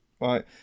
right